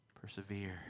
Persevere